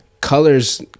Colors